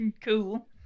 Cool